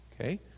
Okay